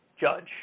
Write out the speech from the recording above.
judge